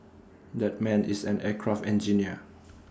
that man is an aircraft engineer